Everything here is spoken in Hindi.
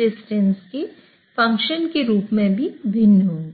डिस्टेंस के फंक्शन के रूप में भी भिन्न होंगे